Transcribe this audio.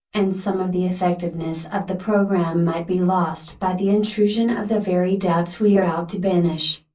and some of the effectiveness of the program might be lost by the intrusion of the very doubts we are out to banish.